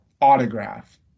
autograph